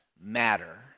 matter